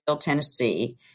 Tennessee